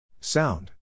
sound